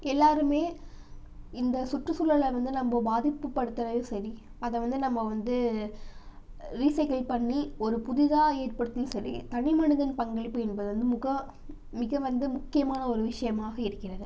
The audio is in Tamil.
எல்லாருமே இந்த சுற்றுசூழலை வந்து நம்ம பாதிப்பு படுத்துறதையும் சரி அதை வந்து நம்ம வந்து ரீசைக்கிள் பண்ணி ஒரு புதிதாக ஏற்படுத்தி சரி தனிமனிதன் பங்களிப்பு என்பது வந்து முக மிக வந்து முக்கியமான ஒரு விஷயமாக இருக்கிறது